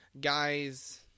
guys